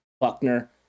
Buckner